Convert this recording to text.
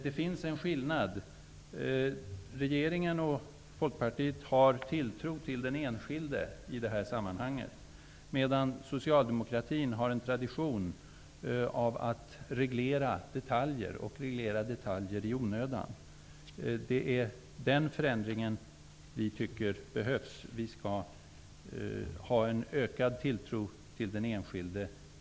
En skiljande fråga är att regeringen och Folkpartiet har tilltro till enskilda i det här sammanhanget medan socialdemokratin har en tradition av att i onödan reglera detaljer. Vi tycker att det behövs en ökad tilltro till den enskilde.